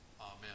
Amen